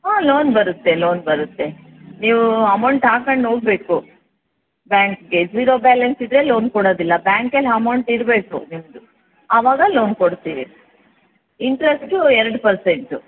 ಹಾಂ ಲೋನ್ ಬರುತ್ತೆ ಲೋನ್ ಬರುತ್ತೆ ನೀವು ಅಮೌಂಟ್ ಹಾಕೊಂಡ್ ಹೊಗಬೇಕು ಬ್ಯಾಂಕಿಗೆ ಜೀರೋ ಬ್ಯಾಲೆನ್ಸ್ ಇದ್ದರೆ ಲೋನ್ ಕೊಡೋದಿಲ್ಲ ಬ್ಯಾಂಕಲ್ಲಿ ಹಮೌಂಟ್ ಇಡಬೇಕು ನಿಮ್ಮದು ಅವಾಗ ಲೋನ್ ಕೊಡ್ತೀವಿ ಇಂಟ್ರೆಸ್ಟು ಎರಡು ಪರ್ಸೆಂಟು